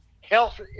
health